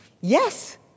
Yes